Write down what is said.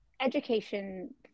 education